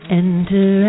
enter